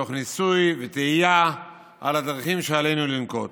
תוך ניסוי וטעייה בדרכים שעלינו לנקוט.